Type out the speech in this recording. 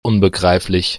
unbegreiflich